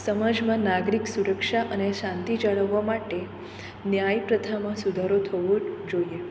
સમાજમાં નાગરિક સુરક્ષા અને શાંતિ જાળવવા માટે ન્યાય પ્રથામાં સુધારો થવો જ જોઈએ